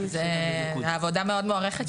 העבודה מאוד מוערכת,